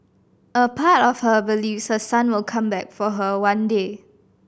a part of her believes her son will come back for her one day